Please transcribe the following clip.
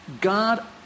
God